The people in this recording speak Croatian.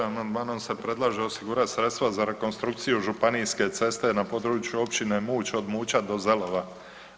Amandmanom se predlaže osigurati sredstva za rekonstrukciju županijske ceste na području općine Muć, od Muća do Zelova.